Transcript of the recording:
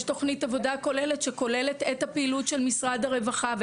יש תוכנית עבודה כוללת שכוללת את הפעילות של משרד הרווחה,